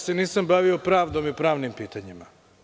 Prvo, nisam se bavio pravdom i pravnim pitanjima.